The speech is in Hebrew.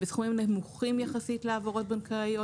בסכומים נמוכים יחסית להעברות בנקאיות.